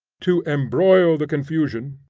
to embroil the confusion,